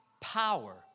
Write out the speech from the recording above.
power